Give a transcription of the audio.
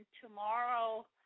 tomorrow